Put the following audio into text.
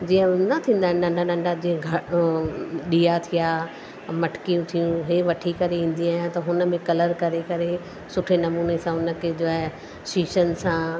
जीअं न थींदा आहिनि नंढा नंढा ग उहो ॾीआ थिया मटिकियूं थियूं इहे वठी करे ईंदी आहियां त हुन में कलर करे करे सुठे नमूने सां हुनखे जो आहे शीशनि सां